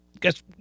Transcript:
guess